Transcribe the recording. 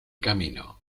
camino